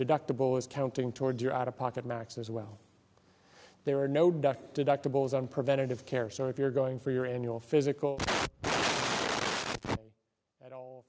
deductible is counting towards your out of pocket max as well there are no doc deductibles on preventative care so if you're going for your annual physical